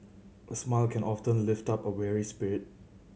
a smile can often lift up a weary spirit